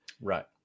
Right